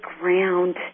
ground